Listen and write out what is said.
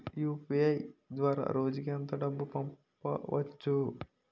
UPI ద్వారా రోజుకి ఎంత డబ్బు పంపవచ్చు?